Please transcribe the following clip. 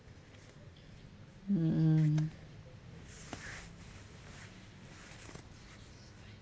mm